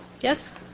Yes